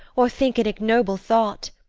or think an ignoble thought.